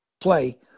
play